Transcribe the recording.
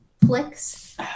flicks